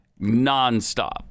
nonstop